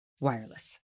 wireless